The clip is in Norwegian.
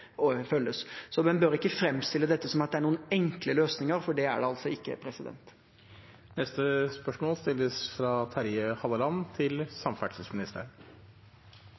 følges. Så man bør ikke framstille det som at det er noen enkle løsninger her, for det er det ikke. Da går vi tilbake til spørsmål